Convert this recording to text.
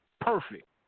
perfect